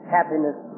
happiness